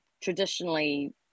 traditionally